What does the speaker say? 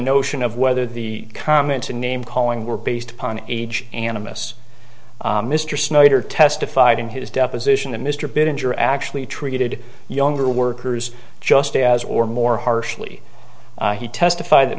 notion of whether the comments and name calling were based upon age animists mr snyder testified in his deposition that mr bin injure actually treated younger workers just as or more harshly he testified that